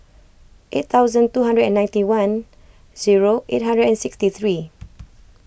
eight thousand two hundred and ninety one zero eight hundred and sixty three